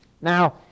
Now